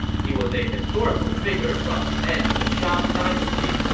he was a historical figure from the end of the shang dynasty,